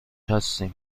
هستیم